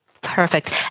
Perfect